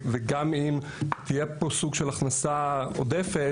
וגם אם תהיה פה סוג של הכנסה עודפת,